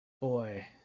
boy